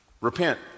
Repent